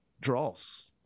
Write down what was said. draws